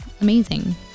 amazing